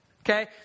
okay